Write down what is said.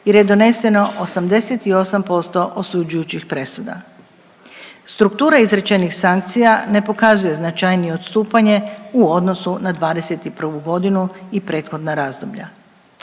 jer je doneseno 88% osuđujućih presuda. Struktura izrečenih sankcija ne pokazuje značajnije odstupanje u odnosu na '21. godinu i prethodna razdoblja.